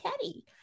Teddy